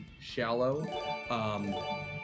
shallow